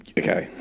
okay